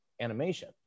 animation